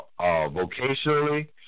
vocationally